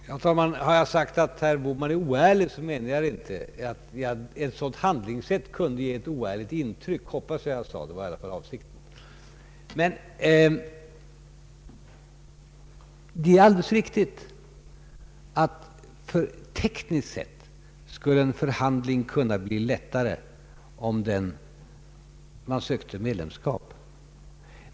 Herr talman! Har jag sagt att herr Bohman är oärlig, så menar jag det inte. Jag hoppas att jag sade att ett sådant handlingssätt kunde ge ett oärligt intryck — det var i alla fall avsikten. Det är alldeles riktigt att en förhandling tekniskt sett skulle kunna bli lättare om man sökte medlemskap.